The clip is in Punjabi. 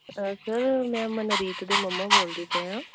ਸਰ ਮੈਂ ਮਨਰੀਤ ਦੇ ਮੰਮਾ ਬੋਲਦੀ ਪਈ ਹਾਂ